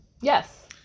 Yes